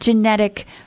genetic